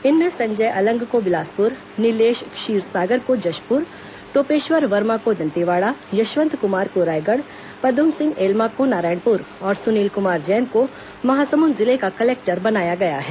इनमें संजय अलंग को बिलासपुर नीलेश क्षीरसागर को जशपुर टोपेश्वर वर्मा को दंतेवाड़ा यशवंत कुमार को रायगढ़ पदुम सिंह एलमा को नारायणपुर और सुनील कुमार जैन को महासमुंद जिले का कलेक्टर बनाया गया है